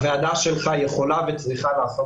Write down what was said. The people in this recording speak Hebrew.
הוועדה בראשותך יכולה וצריכה לעשות